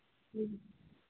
जी